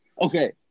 Okay